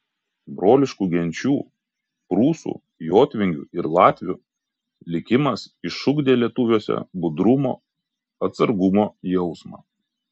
broliškų genčių prūsų jotvingių ir latvių likimas išugdė lietuviuose budrumo atsargumo jausmą